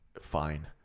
fine